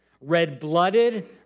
red-blooded